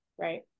right